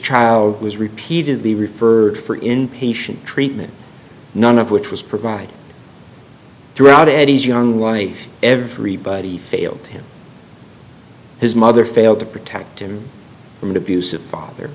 child was repeatedly referred for inpatient treatment none of which was provided throughout eddie's young wife everybody failed him his mother failed to protect him from an abusive father